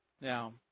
now